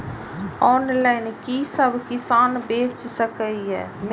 Online कि सब किसान बैच सके ये?